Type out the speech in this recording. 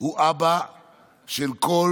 הוא אבא של כל